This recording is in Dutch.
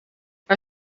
hij